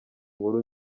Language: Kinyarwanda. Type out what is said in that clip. nkuru